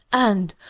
and,